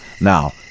Now